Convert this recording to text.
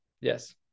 Yes